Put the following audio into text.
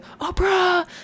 Oprah